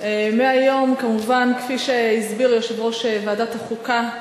מהיום כמובן כפי שהסביר יושב-ראש ועדת החוקה,